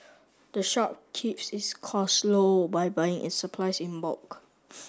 the shop keeps its costs low by buying its supplies in bulk